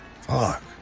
fuck